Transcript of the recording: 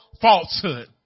falsehood